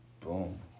Boom